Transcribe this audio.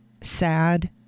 sad